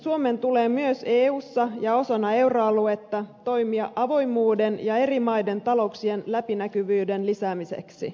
suomen tulee myös eussa ja osana euroaluetta toimia avoimuuden ja eri maiden talouksien läpinäkyvyyden lisäämiseksi